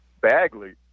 Bagley